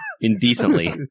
indecently